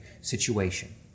situation